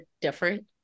different